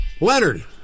Leonard